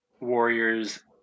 Warriors